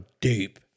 deep